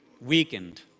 weakened